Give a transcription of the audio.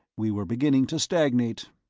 we were beginning to stagnate.